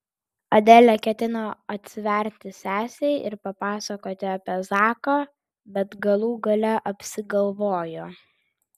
adelė ketino atsiverti sesei ir papasakoti apie zaką bet galų gale apsigalvojo